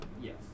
Yes